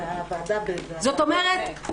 זאת אומרת,